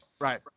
right